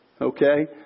Okay